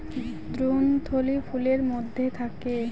ভ্রূণথলি ফুলের মধ্যে থাকে